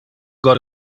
got